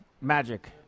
Magic